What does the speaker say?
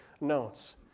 notes